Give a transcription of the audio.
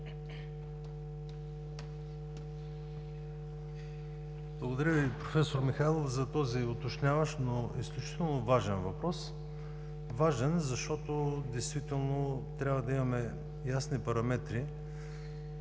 Благодаря Ви, проф. Михайлов за този уточняващ, но изключително важен въпрос. Важен е, защото действително трябва да имаме ясни параметри